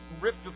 ripped